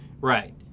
right